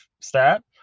stat